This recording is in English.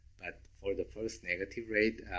but for the first negative rate,